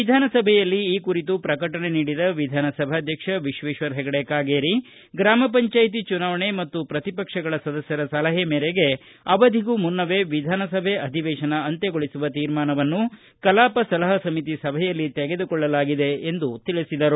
ವಿಧಾನಸಭೆಯಲ್ಲಿ ಈ ಕುರಿತು ಪ್ರಕಟಣೆ ನೀಡಿದ ವಿಧಾನ ಸಭಾಧ್ಯಕ್ಷ ವಿಶ್ವೇಶ್ವರ ಹೆಗಡೆ ಕಾಗೇರಿ ಗ್ರಾಮ ಪಂಚಾಯಿತಿ ಚುನಾವಣೆ ಮತ್ತು ಪ್ರತಿಪಕ್ಷಗಳ ಸದಸ್ಯರ ಸಲಹೆ ಮೇರೆಗೆ ಅವಧಿಗೂ ಮುನ್ನವೇ ವಿಧಾನಸಭೆ ಅಧಿವೇಶನ ಅಂತ್ಯಗೊಳಿಸುವ ತೀರ್ಮಾನವನ್ನು ಕಲಾಪ ಸಲಹಾ ಸಮಿತಿ ಸಭೆಯಲ್ಲಿ ತೆಗೆದುಕೊಳ್ಳಲಾಗಿದೆ ಎಂದು ಹೇಳಿದರು